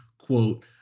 quote